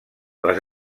les